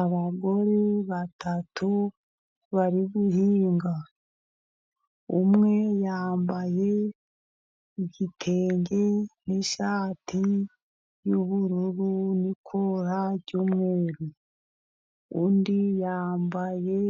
Abagore batatu bari guhinga, umwe yambaye igitenge n'ishati y'ubururu n'ikora ry'umweru, undi yambaye